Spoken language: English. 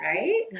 Right